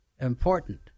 important